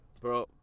bro